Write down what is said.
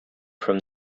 from